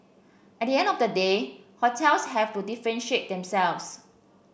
at the end of the day hotels have to differentiate themselves